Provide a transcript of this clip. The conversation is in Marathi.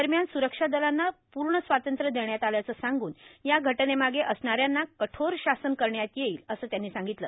दरम्यान स्रक्षा दलांना प्र्ण स्वातंत्र्य देण्यात आल्याचं सांग्न या घटनेमागे असणाऱ्यांना कठोर शासन करण्यात येईल असं त्यांनी सांगितलं